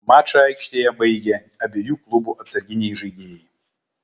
mačą aikštėje baigė abiejų klubų atsarginiai žaidėjai